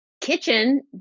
kitchen